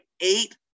eight